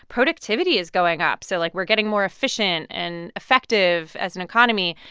productivity is going up, so, like, we're getting more efficient and effective as an economy.